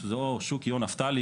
שזה או שוקי או נפתלי,